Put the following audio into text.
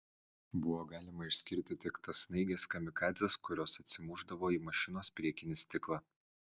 buvo galima išskirti tik tas snaiges kamikadzes kurios atsimušdavo į mašinos priekinį stiklą